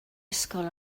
ysgol